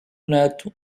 neto